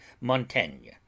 Montaigne